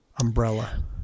umbrella